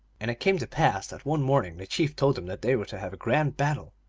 and it came to pass that one morning the chief told them that they were to have a grand battle,